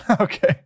Okay